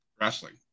wrestling